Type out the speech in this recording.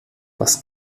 was